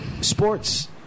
sports